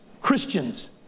Christians